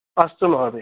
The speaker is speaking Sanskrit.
अस्तु महोदय